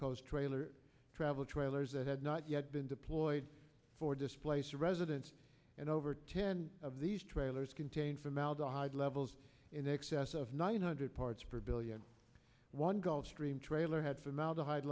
coast trailer travel trailers that had not yet been deployed for displaced residents and over ten of these trailers contain formaldehyde levels in excess of nine hundred parts per billion one gulfstream trailer had formaldehyde